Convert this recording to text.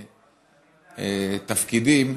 תפקידים.